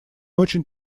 очень